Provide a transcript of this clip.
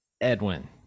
Edwin